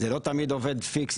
זה לא תמיד עובד פיקס,